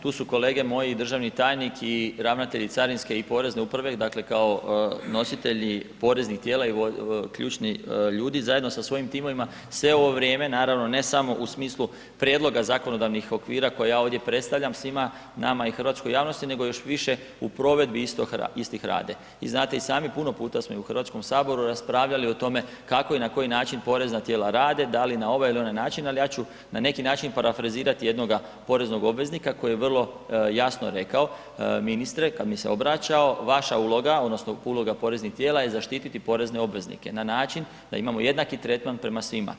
Tu su kolege moji državni tajnik i ravnatelj i carinske i porezne uprave, dakle kao nositelji poreznih tijela i ključni ljudi zajedno sa svojim timovima, sve ovo vrijeme, naravno ne samo u smislu prijedloga zakonodavnih okvira koje ja ovdje predstavljam svima nama i hrvatskoj javnosti, nego još više u provedbi istih rade i znate i sami, puno puta smo i u HS-u raspravljali o tome kako i na koji način porezna tijela rade, da li na ovaj ili onaj način, ali ja ću na neki način parafrazirati jednoga poreznog obveznika koji je vrlo jasno rekao, ministre, kad mi se obraćao, vaša uloga, odnosno uloga poreznih tijela je zaštititi porezne obveznike na način da imamo jednaki tretman prema svima.